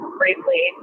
briefly